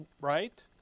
Right